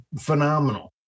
phenomenal